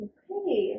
Okay